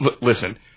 Listen